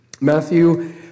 Matthew